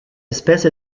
espèce